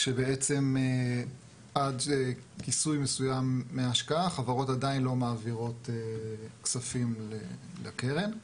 כשבעצם עד כיסוי מסוים מההשקעה החברות עדיין לא מעבירות כספים לקרן.